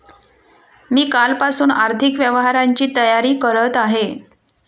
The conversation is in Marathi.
मी कालपासून आर्थिक व्यवहारांची तयारी करत आहे